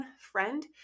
friend